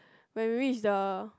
when we reach the